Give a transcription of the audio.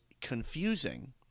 confusing